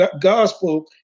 gospel